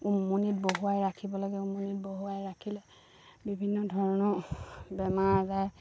উমনিত বহুৱাই ৰাখিব লাগে উমনিত বহুৱাই ৰাখিলে বিভিন্ন ধৰণৰ বেমাৰ আজাৰ